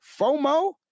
FOMO